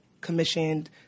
commissioned